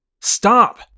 Stop